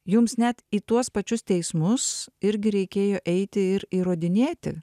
jums net į tuos pačius teismus irgi reikėjo eiti ir įrodinėti